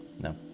No